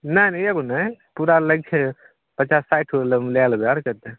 नहि नहि एगो नहि पूरा लै छै पचास साठि गो ले लेबै आर कतेक